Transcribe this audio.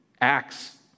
Acts